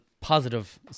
positive